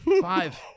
Five